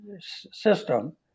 system